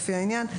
לפי העניין,